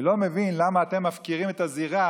אני לא מבין למה אתם מפקירים את הזירה